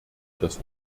das